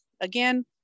again